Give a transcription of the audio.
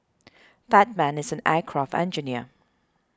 that man is an aircraft engineer